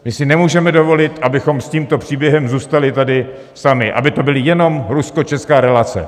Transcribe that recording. My si nemůžeme dovolit, abychom s tímto příběhem zůstali tady sami, aby to byla jenom ruskočeská relace.